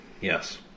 yes